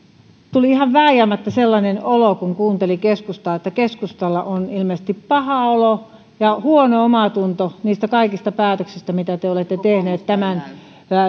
tuli ihan vääjäämättä sellainen olo kun kuunteli keskustaa että keskustalla on ilmeisesti paha olo ja huono omatunto niistä kaikista päätöksistä mitä te olette tehneet